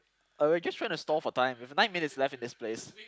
uh we're just trying to stall for time we have nine minutes left in this place